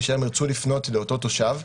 כשהם ירצו לפנות לאותו תושב,